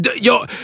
yo